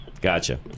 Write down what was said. gotcha